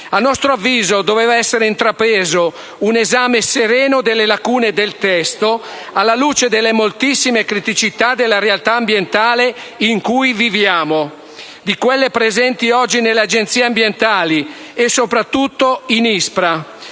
A nostro avviso, doveva essere intrapreso un esame sereno delle lacune del testo alla luce delle moltissime criticità della realtà ambientale in cui viviamo e di quelle oggi presenti nelle Agenzie ambientali e, soprattutto,